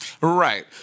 Right